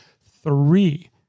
three